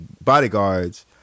bodyguards